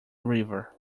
river